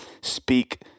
speak